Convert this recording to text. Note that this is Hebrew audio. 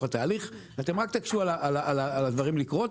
התהליך אתם רק תקשו על הדברים לקרות